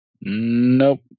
Nope